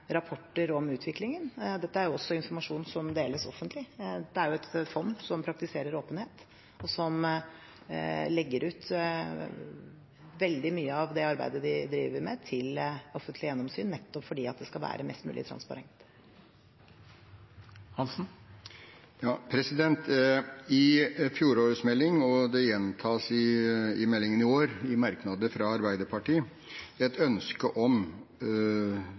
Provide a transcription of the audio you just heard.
rapporter om utviklingen. Dette er også informasjon som deles offentlig. Dette er jo et fond som praktiserer åpenhet, og som legger ut veldig mye av det arbeidet de driver med, til offentlig gjennomsyn, nettopp fordi det skal være mest mulig transparent. Ved fjorårets melding, og det gjentas ved meldingen i år, er det i merknadene fra Arbeiderpartiet et ønske om